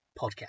podcast